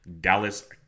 Dallas